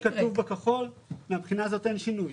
כמו שכתוב בכחול, מהבחינה הזאת אין שינוי.